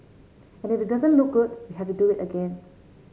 and if it doesn't look good we have to do it again